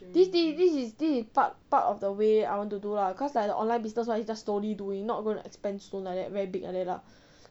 this is this is this is part part of the way I want to do lah cause like the online business [one] is just slowly doing not going to expand soon like that very big like that lah